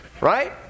right